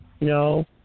No